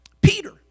Peter